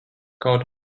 kaut